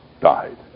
died